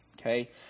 okay